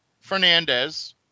Fernandez